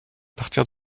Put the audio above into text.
partir